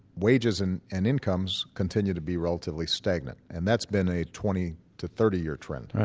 wages and and incomes continue to be relatively stagnant, and that's been a twenty to thirty year trend,